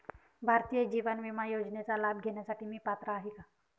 भारतीय जीवन विमा योजनेचा लाभ घेण्यासाठी मी पात्र आहे का?